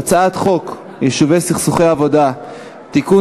הצעת חוק יישוב סכסוכי עבודה (תיקון,